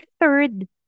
third